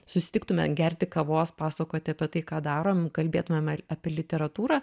susitiktume gerti kavos pasakoti apie tai ką darom kalbėtumėm apie literatūrą